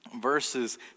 verses